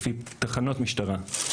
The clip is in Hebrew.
לפי תחנות משטרה,